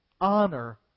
honor